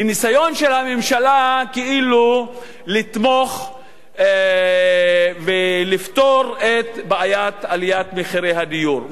היא ניסיון של הממשלה כאילו לתמוך ולפתור את בעיית עליית מחירי הדיור.